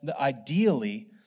ideally